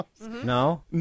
No